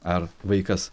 ar vaikas